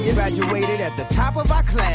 graduated at the top of our class.